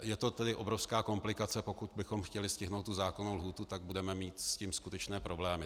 Je to tedy obrovská komplikace, pokud bychom chtěli stihnout tu zákonnou lhůtu, tak budeme mít s tím skutečné problémy.